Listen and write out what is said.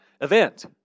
event